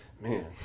man